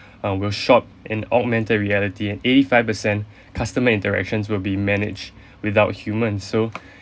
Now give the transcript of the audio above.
uh will shop in augmented reality and eighty five percent customer interaction will be managed without human so